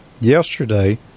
yesterday